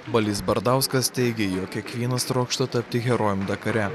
balys bardauskas teigia jog kiekvienas trokšta tapti herojum dakare